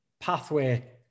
pathway